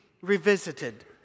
revisited